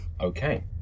Okay